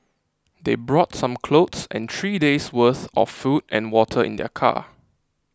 they brought some clothes and three days worth of food and water in their car